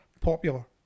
popular